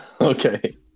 Okay